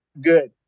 Good